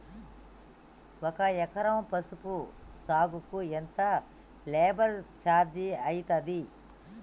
ఒక ఎకరం పసుపు సాగుకు ఎంత లేబర్ ఛార్జ్ అయితది?